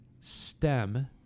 STEM